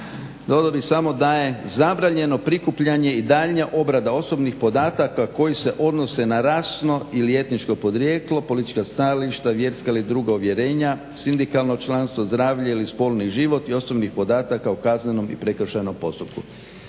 Dodao bih samo da je zabranjeno prikupljanje i daljnja obrada osobnih podataka koji se odnose na rasno ili etničko podrijetlo, politička stajališta, vjerska ili druga uvjerenja, sindikalno članstvo, zdravlje ili spolni život i osobnih podataka u kaznenom i prekršajnom postupku.